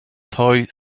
toy